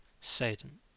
Satan